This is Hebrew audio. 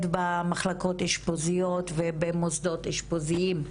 יותר במחלקות האשפוזיות ובמוסדות האשפוזיים,